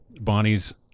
Bonnie's